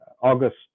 August